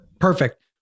Perfect